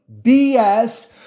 BS